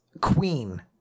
queen